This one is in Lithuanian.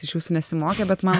iš jūsų nesimokė bet man